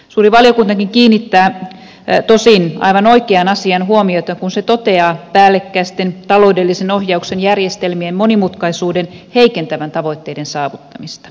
suuri valiokuntakin kiinnittää aivan oikeaan asiaan huomiota kun se toteaa päällekkäisten taloudellisen oh jauksen järjestelmien monimutkaisuuden heikentävän tavoitteiden saavuttamista